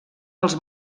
els